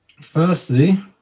Firstly